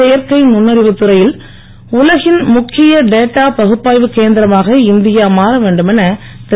செயற்கை நுண்ணறிவுத் துறையில் உலகின் முக்கிய டேட்டா பகுப்பாய்வு கேந்திரமாக இந்தியா மாற வேண்டும் என திரு